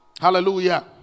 Hallelujah